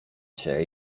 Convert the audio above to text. się